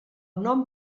nom